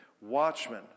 watchmen